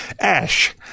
ash